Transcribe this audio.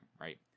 right